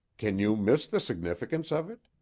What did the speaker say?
can you miss the significance of it?